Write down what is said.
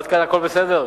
עד כאן הכול בסדר?